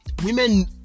women